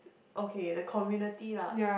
okay the community lah